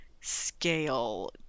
scale